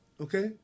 Okay